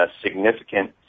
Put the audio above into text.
significant